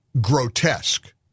grotesque